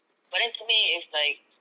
but then to me it's like